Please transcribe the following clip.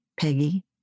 Peggy